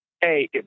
Hey